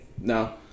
No